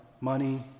money